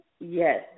Yes